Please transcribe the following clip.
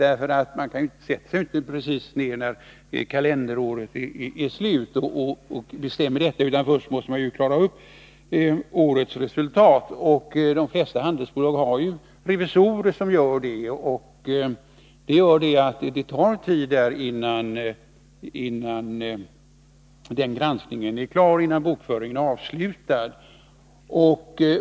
Iett handelsbolag sätter man sig inte precis ner när kalenderåret är slut och bestämmer detta belopp, utan först måste man få fram årets resultat. De flesta handelsbolag har revisorer som sköter den uppgiften. Det tar tid innan den granskningen är klar och bokföringen avslutad.